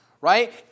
right